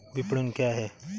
विपणन क्या है?